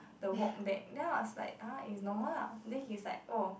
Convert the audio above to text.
the walk back then I was like it's normal lah then he's like